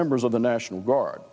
members of the national guard